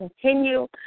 continue